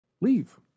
leave